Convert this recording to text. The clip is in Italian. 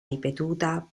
ripetuta